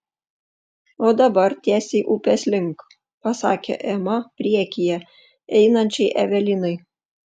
o dabar tiesiai upės link pasakė ema priekyje einančiai evelinai